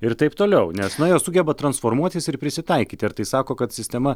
ir taip toliau nes na jie sugeba transformuotis ir prisitaikyti ar tai sako kad sistema